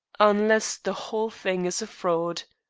unless the whole thing is a fraud.